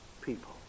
people